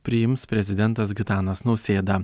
priims prezidentas gitanas nausėda